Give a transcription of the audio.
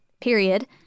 Period